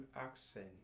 Accent